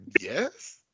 yes